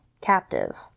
captive